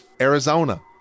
Arizona